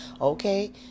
okay